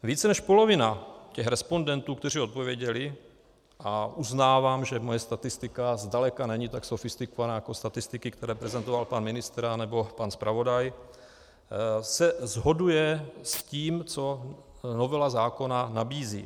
Více než polovina respondentů, kteří odpověděli a uznávám, že moje statistika zdaleka není tak sofistikovaná jako statistiky, které prezentoval pan ministr anebo pan zpravodaj, se shoduje s tím, co novela zákona nabízí.